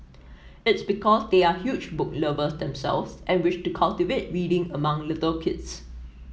it's because they are huge book lovers themselves and wish to cultivate reading among little kids